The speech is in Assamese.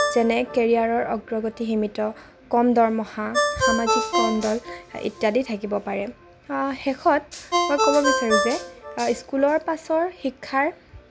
যেনে কেৰিয়াৰৰ অগ্ৰগতি সীমিত কম দৰমহা সামাজিক কণ্ডল ইত্যাদি থাকিব পাৰে শেষত মই ক'ব বিচাৰো যে স্কুলৰ পাছৰ শিক্ষাৰ